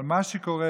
אבל מה שקורה,